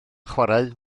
chwarae